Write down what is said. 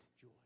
joy